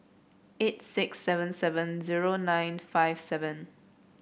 eight six seven seven zero nine five seven